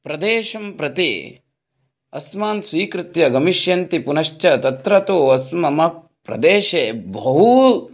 प्रदेशं प्रति अस्मान् स्वीकृत्य गमिष्यन्ति पुनश्च तत्र तु अस्माकं मम प्रदेशे बहु